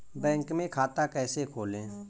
Bank में खाता कैसे खोलें?